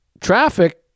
traffic